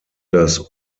das